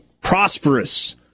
prosperous